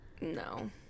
No